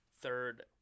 third